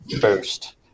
first